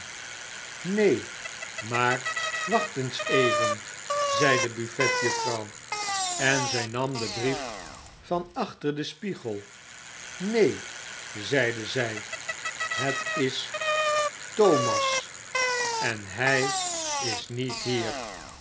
neen maar wacht eens even zei de buffetjuffrouw en zy nam den brief van achter den spiegel neen zeide zy het is thomas en kg is niet hier